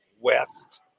west